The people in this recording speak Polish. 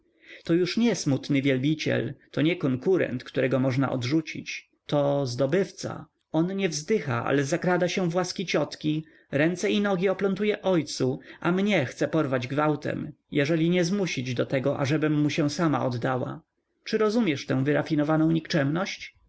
to już nie smutny wielbiciel to nie konkurent którego można odrzucić to zdobywca on nie wzdycha ale zakrada się do łask ciotki ręce i nogi oplątuje ojcu a mnie chce porwać gwałtem jeżeli nie zmusić do tego ażebym mu się sama oddała czy rozumiesz tę wyrafinowaną